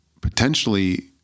potentially